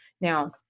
Now